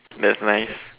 that's nice